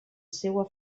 seua